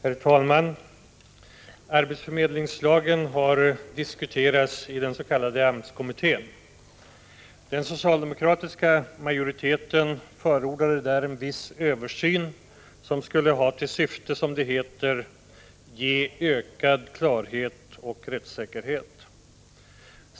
Herr talman! Arbetsförmedlingslagen har diskuterats i den s.k. AMS kommittén. Den socialdemokratiska majoriteten förordade där en viss översyn, som skulle ha till syfte att — som det heter — ge ökad klarhet och rättssäkerhet.